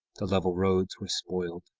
the level roads were spoiled,